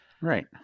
Right